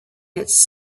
its